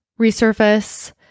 resurface